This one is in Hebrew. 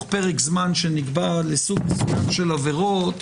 פרק זמן שנקבע לסוג מסוים של עבירות,